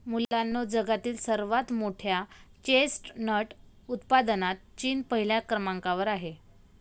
मुलांनो जगातील सर्वात मोठ्या चेस्टनट उत्पादनात चीन पहिल्या क्रमांकावर आहे